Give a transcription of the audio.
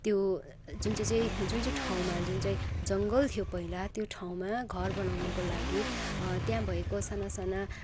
त्यो जुन चाहिँ चाहिँ जुन चाहिँ ठाउँमा जुन चाहिँ जङ्गल थियो पहिला त्यो ठाउँमा घर बनाउनुको लागि त्यहाँ भएको साना साना